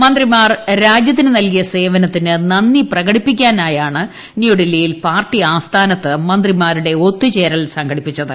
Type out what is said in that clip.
മന്ത്രിമാർ രാജൃത്തിന് നല്കിയ സേവനത്തിന് നന്ദി പ്രകടിപ്പിക്കാനായാണ് ന്യൂഡൽഹിയിൽ പാർട്ടി ആസ്ഥാനത്ത് മന്ത്രിമാരുടെ ഒത്തു ചേരൽ സംഘടിപ്പിച്ചത്